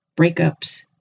breakups